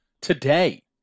today